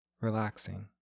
relaxing